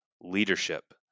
leadership